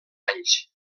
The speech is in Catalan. anys